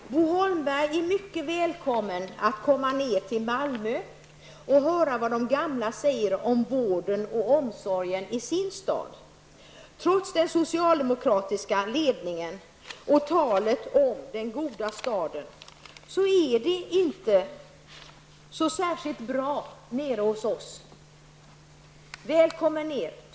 Fru talman! Bo Holmberg är mycket välkommen ner till Malmö för att höra vad de gamla säger om vården och omsorgen i sin stad. Trots den socialdemokratiska ledningen och talet om den goda staden är det inte så särskilt bra nere hos oss. Välkommen dit!